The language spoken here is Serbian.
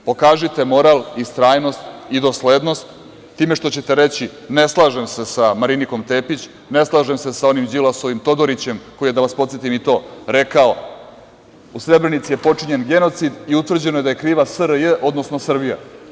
Pokažite moral, istrajnost i doslednost time što ćete reći, ne slažem se sa Marinikom Tepić, ne slažem se sa onim Đilasovim Todorićem, koji je da vas podsetim i to, rekao – u Srebrenici je počinjen genocid i utvrđeno je da je kriva SRJ, odnosno Srbija.